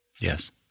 Yes